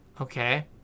Okay